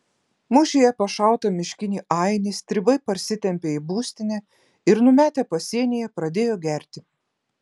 mūšyje pašautą miškinį ainį stribai parsitempė į būstinę ir numetę pasienyje pradėjo gerti